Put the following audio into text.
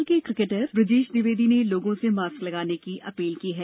भोपाल के क्रिकेट खिलाड़ी बृजेश द्विवेदी ने लोगों से मास्क लगाने की अपील की है